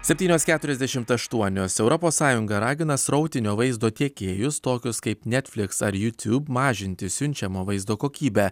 septynios keturiasdešimt aštuonios europos sąjunga ragina srautinio vaizdo tiekėjus tokius kaip netflix ar youtube mažinti siunčiamo vaizdo kokybę